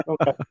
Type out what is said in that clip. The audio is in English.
Okay